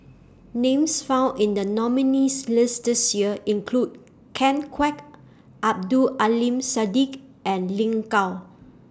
Names found in The nominees' list This Year include Ken Kwek Abdul Aleem Siddique and Lin Gao